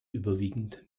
überwiegend